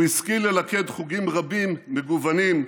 הוא השכיל ללכד חוגים רבים, מגוונים,